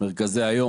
מרכזי היום,